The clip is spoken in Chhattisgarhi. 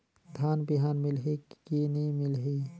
धान बिहान मिलही की नी मिलही?